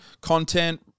content